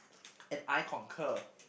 and I concur